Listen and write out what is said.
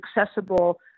accessible